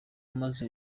maze